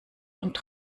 und